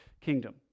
kingdom